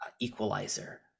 equalizer